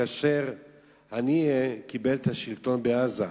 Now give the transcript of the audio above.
כאשר הנייה קיבל את השלטון בעזה,